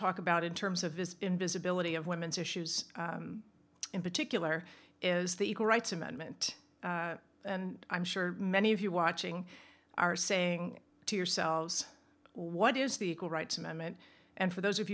talk about in terms of is in visibility of women's issues in particular is the equal rights amendment and i'm sure many of you watching are saying to yourselves what is the equal rights amendment and for those